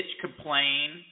complain